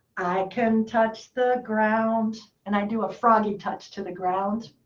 i can touch the ground. and i do a froggy touch to the ground.